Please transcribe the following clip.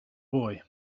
boy